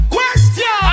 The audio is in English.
Question